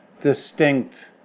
distinct